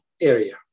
area